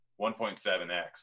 1.7x